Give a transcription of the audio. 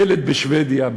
ילד בשבדיה,